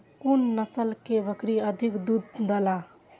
कुन नस्ल के बकरी अधिक दूध देला?